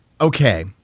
Okay